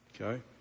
Okay